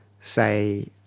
say